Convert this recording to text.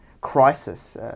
crisis